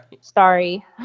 sorry